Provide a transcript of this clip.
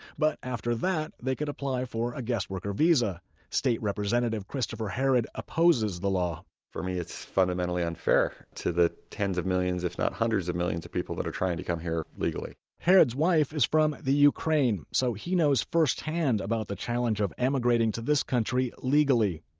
but, after that, they could apply for a guest-worker visa state representative christopher herrod opposes the law. for me, it's fundamentally unfair to the tens of millions, if not hundreds of millions of people that are trying to come here legally herrod's wife is from the ukraine. so he knows first-hand about the challenge of emigrating to this country legally.